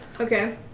Okay